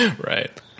right